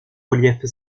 reliefs